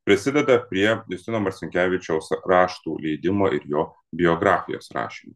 prisideda prie justino marcinkevičiaus raštų leidimo ir jo biografijos rašymo